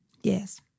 Yes